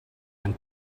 and